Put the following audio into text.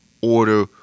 order